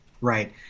right